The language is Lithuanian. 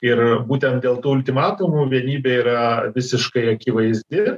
ir būtent dėl tų ultimatumų vienybė yra visiškai akivaizdi